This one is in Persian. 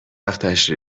وقتش